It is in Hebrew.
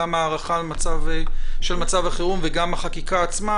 גם להארכה של מצב החירום וגם לחקיקה עצמה,